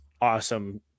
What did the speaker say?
awesome